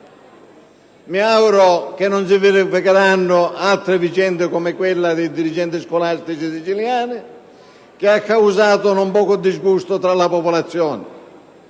Mi auguro che non si verificheranno altre vicende come quella dei dirigenti scolastici siciliani, che ha causato non poco disgusto tra la popolazione.